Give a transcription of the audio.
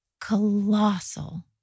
colossal